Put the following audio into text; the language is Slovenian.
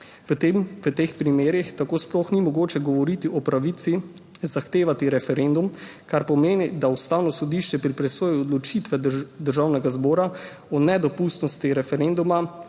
V teh primerih tako sploh ni mogoče govoriti o pravici zahtevati referendum, kar pomeni, da Ustavno sodišče pri presoji odločitve državnega zbora o nedopustnosti referenduma